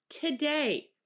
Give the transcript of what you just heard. today